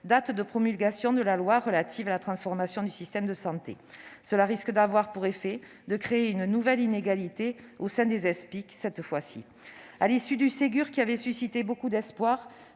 date de promulgation de la loi relative à l'organisation et à la transformation du système de santé. Ce choix risque d'avoir pour effet de créer une nouvelle inégalité, au sein des Espic cette fois-ci. À l'issue du Ségur, qui avait suscité beaucoup d'espoirs,